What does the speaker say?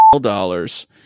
dollars